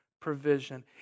provision